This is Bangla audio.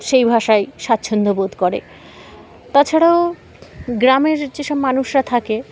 সেই ভাষাই স্বাচ্ছন্দ্য বোধ করে তাছাড়াও গ্রামের যেসব মানুষরা থাকে